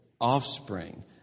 offspring